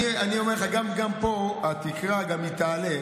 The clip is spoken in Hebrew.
אני אומר לך, גם פה, התקרה תעלה.